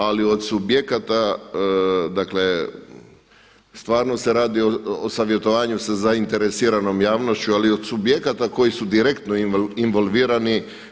Ali od subjekata, dakle stvarno se radi o savjetovanju sa zaineresiranom javnošću ali od subjekata koji su direktno involvirani.